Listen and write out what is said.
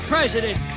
President